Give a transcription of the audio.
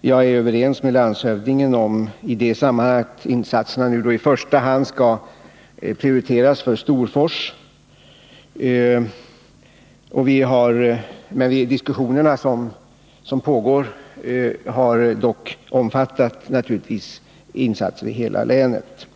Jag är överens med landshövdingen om att vi i det sammanhanget bör prioritera insatserna för Storfors, men diskussionerna som pågår har naturligtvis omfattat insatser i hela länet.